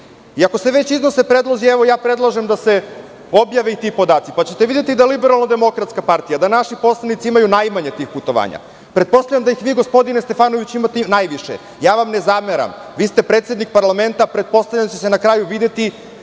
Ako se već iznose predlozi, ja predlažem da se objave i ti podaci, pa ćete videti da LDP i naši poslanici imaju najmanje tih putovanja. Pretpostavljam da ih vi, gospodine Stefanoviću, imate najviše. Ja vam ne zameram, vi ste predsednik parlamenta, pretpostavljam da će se na kraju videti